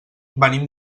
venim